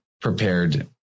prepared